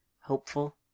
hopeful